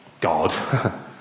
God